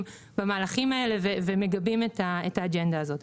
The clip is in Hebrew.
במהלכים האלה ומגבים את האג'נדה הזאת.